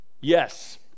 Yes